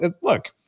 look